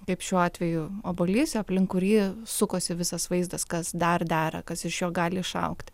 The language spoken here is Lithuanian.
kaip šiuo atveju obuolys aplink kurį sukosi visas vaizdas kas dar dera kas iš jo gali išaugti